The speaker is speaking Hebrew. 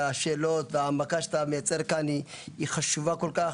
השאלות וההעמקה שאתה מייצר כאן היא חשובה כל כך,